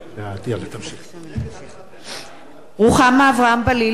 (קוראת בשמות חברי הכנסת) רוחמה אברהם-בלילא,